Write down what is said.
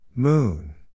Moon